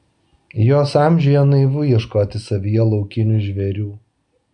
jos amžiaus naivu ieškoti savyje laukinių žvėrių